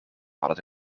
hadden